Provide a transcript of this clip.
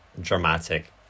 dramatic